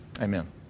Amen